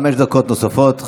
חמש דקות נוספות,